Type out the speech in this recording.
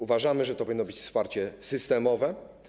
Uważamy, że to powinno być wsparcie systemowe.